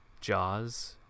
Jaws